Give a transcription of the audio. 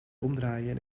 omdraaien